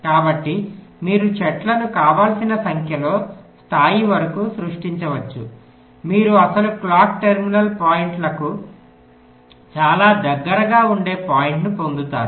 కాబట్టి మీరు చెట్టును కావలసిన సంఖ్యలో స్థాయి వరకు సృష్టించవచ్చు మీరు అసలు క్లాక్ టెర్మినల్ పాయింట్కు చాలా దగ్గరగా ఉండే పాయింట్ను పొందుతారు